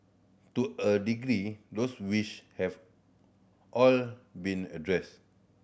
to a degree those wish have all been addressed